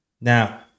Now